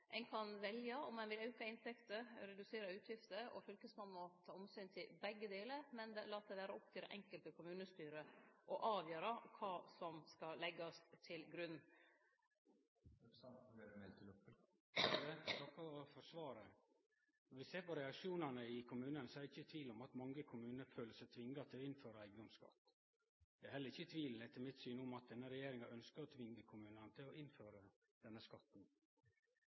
ein kan velje om ein vil auke inntekter, redusere utgifter. Fylkesmannen må ta omsyn til båe delar, men la det vere opp til det einskilde kommunestyre å avgjere kva som skal leggjast til grunn. Eg takkar for svaret. Når ein ser på reaksjonane i kommunane, er eg ikkje i tvil om at mange kommunar føler seg tvinga til å innføre eigedomsskatt. Etter mitt syn er det heller ikkje tvil om at denne regjeringa ønskjer å tvinge kommunane til å innføre denne